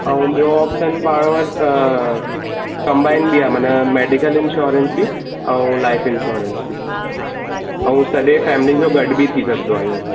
ऐं ॿियो ऑपशन पाण वटि अ कंबाइन बि आहे माना मेडीकल इंशयोरेंस बि लाइफ इंशयोरेंस बि ऐं सॼी फैमिली जो गॾु बि थी सघंदो आहे ईअं